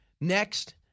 Next